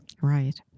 Right